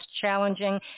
challenging